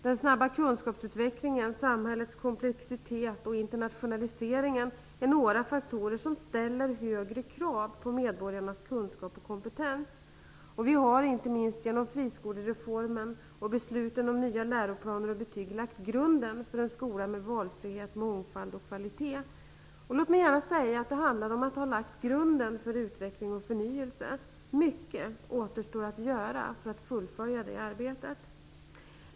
Den snabba kunskapsutvecklingen, samhällets komplexitet och internationaliseringen är några faktorer som ställer högre krav på medborgarnas kunskap och kompetens. Vi har inte minst genom friskolereformen och besluten om nya läroplaner och betyg lagt grunden för en skola med valfrihet, mångfald och kvalitet. Låt mig säga att det handlar om att lägga grunden för utveckling och förnyelse. Mycket återstår att göra för att fullfölja det arbetet.